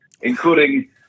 including